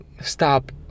stop